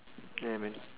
ya man